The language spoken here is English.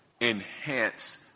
enhance